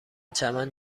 چمن